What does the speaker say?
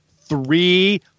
three